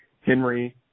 Henry